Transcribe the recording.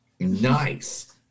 nice